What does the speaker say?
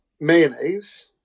mayonnaise